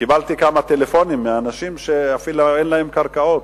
קיבלתי כמה טלפונים מאנשים שאפילו אין להם קרקעות,